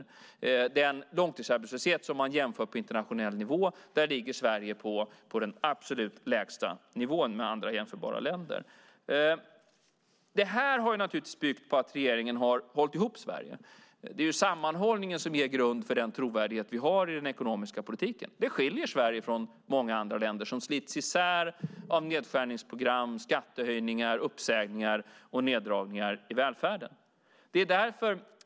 I fråga om den långsiktsarbetslöshet som man jämför på internationell nivå ligger Sverige på den absolut lägsta nivån bland jämförbara länder. Detta har naturligtvis byggt på att regeringen har hållit ihop Sverige. Det är sammanhållningen som ger grund för den trovärdighet vi har i den ekonomiska politiken. Det skiljer Sverige från många andra länder som slits isär av nedskärningsprogram, skattehöjningar, uppsägningar och neddragningar i välfärden.